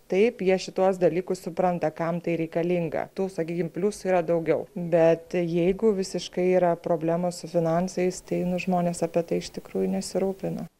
taip jie šituos dalykus supranta kam tai reikalinga tų sakykim pliusų yra daugiau bet jeigu visiškai yra problemos su finansais tai nu žmonės apie tai iš tikrųjų nesirūpina